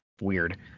Weird